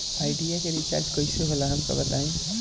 Idea के recharge कईसे होला हमका बताई?